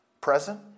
present